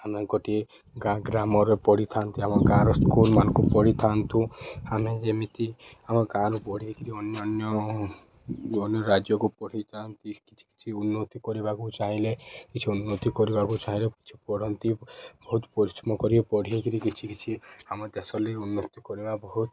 ଆମେ ଗୋଟିଏ ଗାଁ ଗ୍ରାମରେ ପଢ଼ିଥାନ୍ତି ଆମ ଗାଁର ସ୍କୁଲ୍ମାନ୍କୁ ପଢ଼ିଥାନ୍ତୁ ଆମେ ଯେମିତି ଆମ ଗାଁରୁ ପଢ଼ିକିରି ଅନ୍ୟ ଅନ୍ୟ ଅନ୍ୟ ରାଜ୍ୟକୁ ପଢ଼ିଥାନ୍ତି କିଛି କିଛି ଉନ୍ନତି କରିବାକୁ ଚାହିଁଲେ କିଛି ଉନ୍ନତି କରିବାକୁ ଚାହିଁଲେ କିଛି ପଢ଼ନ୍ତି ବହୁତ ପରିଶ୍ରମ କରି ପଢ଼ିକିରି କିଛି କିଛି ଆମ ଦେଶର ଲାଗି ଉନ୍ନତି କରିବା ବହୁତ୍